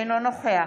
אינו נוכח